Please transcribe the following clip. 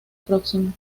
próximo